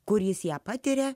kur jis ją patiria